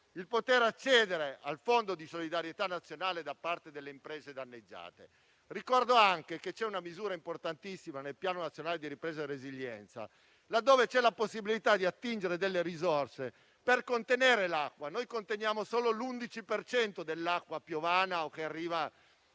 di accedere al Fondo di solidarietà nazionale delle imprese danneggiate. Ricordo anche che c'è una misura molto rilevante nel Piano nazionale di ripresa e resilienza che prevede la possibilità di attingere a delle risorse per contenere l'acqua. Noi conteniamo solo l'11 per cento dell'acqua piovana o che arriva